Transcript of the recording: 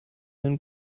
den